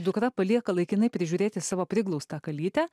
dukra palieka laikinai prižiūrėti savo priglaustą kalytę